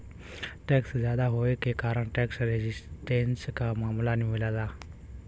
tax जादा होये के कारण टैक्स रेजिस्टेंस क मामला मिलला